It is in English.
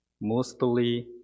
mostly